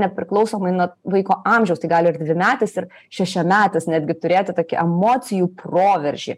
nepriklausomai nuo vaiko amžiaus tai gali ir dvimetis ir šešiametis netgi turėti tokį emocijų proveržį